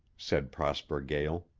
said prosper gael.